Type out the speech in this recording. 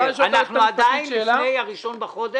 אנחנו עדיין לפני 1 בינואר.